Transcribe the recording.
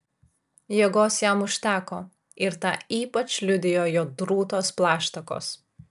jėgos jam užteko ir tą ypač liudijo jo drūtos plaštakos